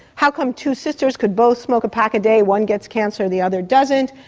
how come two sisters could both smoke a pack a day, one gets cancer, the other doesn't?